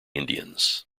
indians